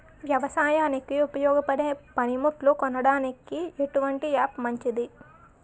వ్యవసాయానికి ఉపయోగపడే పనిముట్లు కొనడానికి ఎటువంటి యాప్ మంచిది?